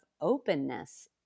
openness